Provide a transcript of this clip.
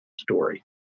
story